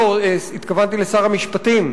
התכוונתי לשר המשפטים,